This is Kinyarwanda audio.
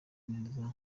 neza